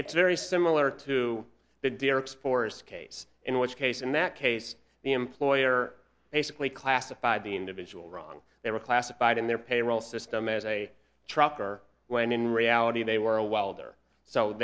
it's very similar to the derek spores case in which case in that case the employer basically classified the individual wrong they were classified in their payroll system as a trucker when in reality they were a welder so